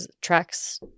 tracks